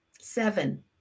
seven